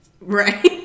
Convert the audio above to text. Right